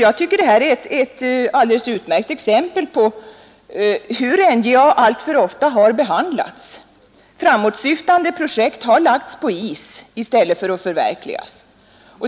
Jag tycker att det här är ett alldeles utmärkt exempel på hur NJA alltför ofta har behandlats. Framåtsyftande projekt har lagts på is i stället för att förverkligas.